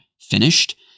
finished